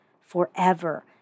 forever